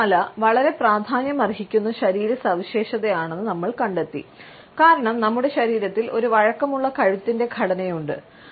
നമ്മുടെ തല വളരെ പ്രാധാന്യമർഹിക്കുന്ന ശരീര സവിശേഷതയാണെന്ന് നമ്മൾ കണ്ടെത്തി കാരണം നമ്മുടെ ശരീരത്തിൽ ഒരു വഴക്കമുള്ള കഴുത്തിൻറെ ഘടനയുണ്ട്